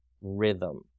rhythm